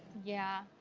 yeah.